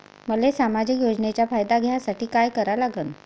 मले सामाजिक योजनेचा फायदा घ्यासाठी काय करा लागन?